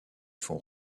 font